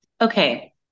Okay